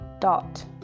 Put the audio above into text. dot